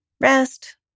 rest